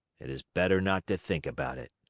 it is better not to think about it.